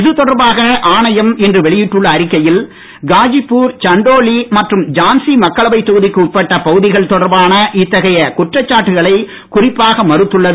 இதுதொடர்பாக மறுப்பு இன்று வெளியிட்டுள்ள அறிக்கையில் காஜிபூர் சந்தோலி மற்றும் ஜான்சி மக்களவைத் தொகுதிக்கு உட்பட்ட பகுதிகள் தொடர்பான இத்தகைய குற்றச்சாட்டுகளை குறிப்பாக மறுத்துள்ளது